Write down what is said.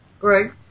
Greg